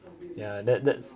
ya that that's